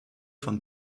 von